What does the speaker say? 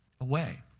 away